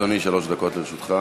בבקשה, אדוני, שלוש דקות לרשותך.